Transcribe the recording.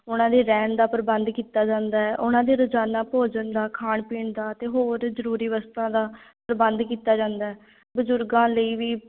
ਉਹਨਾਂ ਦੇ ਰਹਿਣ ਦਾ ਪ੍ਰਬੰਧ ਕੀਤਾ ਜਾਂਦਾ ਹੈ ਉਹਨਾਂ ਦੇ ਰੋਜ਼ਾਨਾ ਭੋਜਨ ਦਾ ਖਾਣ ਪੀਣ ਦਾ ਅਤੇ ਹੋਰ ਜ਼ਰੂਰੀ ਵਸਤਾਂ ਦਾ ਪ੍ਰਬੰਧ ਕੀਤਾ ਜਾਂਦਾ ਬਜ਼ੁਰਗਾਂ ਲਈ ਵੀ